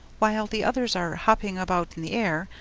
while the others are hopping about in the air,